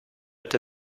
but